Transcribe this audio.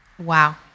Wow